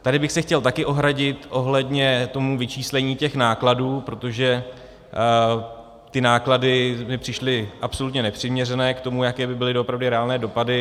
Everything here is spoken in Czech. Tady bych se chtěl taky ohradit ohledně toho vyčíslení nákladů, protože ty náklady mi přišly absolutně nepřiměřené k tomu, jaké by byly doopravdy reálné dopady.